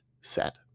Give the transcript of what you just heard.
set